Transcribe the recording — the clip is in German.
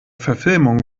verfilmung